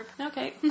okay